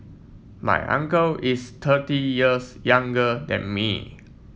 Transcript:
my uncle is thirty years younger than me